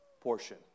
portion